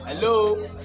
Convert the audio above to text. Hello